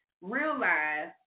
realize